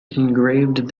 engraved